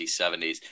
70s